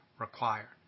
required